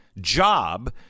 job